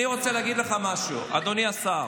אני רוצה להגיד לך משהו, אדוני השר.